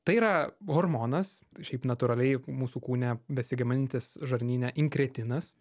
tai yra hormonas šiaip natūraliai mūsų kūne besigaminantis žarnyne kretinas